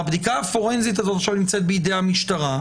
והבדיקה הפורנזית נמצאת עכשיו בידי המשטרה,